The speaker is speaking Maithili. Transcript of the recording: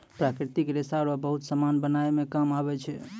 प्राकृतिक रेशा रो बहुत समान बनाय मे काम आबै छै